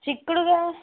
చిక్కుడుకాయ